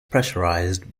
pressurized